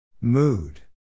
Mood